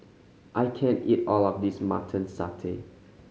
I can't eat all of this Mutton Satay